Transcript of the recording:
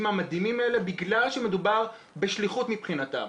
המדהימים האלה בגלל שמדובר בשליחות מבחינתה.